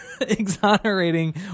exonerating